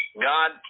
God